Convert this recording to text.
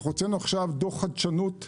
הוצאנו עכשיו דוח חדשנות ל-2022,